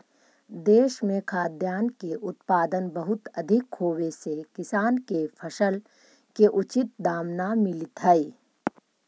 देश में खाद्यान्न के उत्पादन बहुत अधिक होवे से किसान के फसल के उचित दाम न मिलित हइ